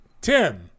Tim